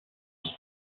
dit